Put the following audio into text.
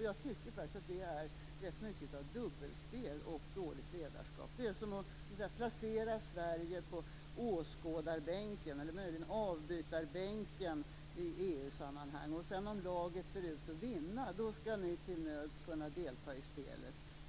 Jag tycker att det är ett dubbelspel och dåligt ledarskap. Det är som att placera Sverige på åskådarbänken eller möjligen avbytarbänken i EU-sammanhang. Om laget ser ut att vinna skall ni till nöds kunna delta i spelet.